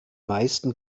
meisten